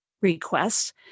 requests